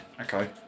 Okay